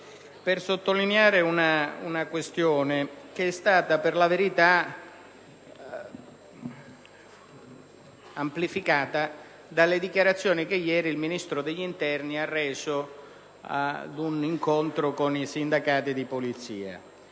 per sottolineare una questione per la verità amplificata dalle dichiarazioni rese ieri dal Ministro dell'interno in un incontro con i sindacati di Polizia.